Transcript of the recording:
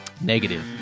Negative